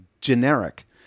generic